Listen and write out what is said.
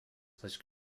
which